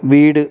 வீடு